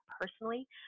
personally